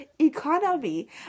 economy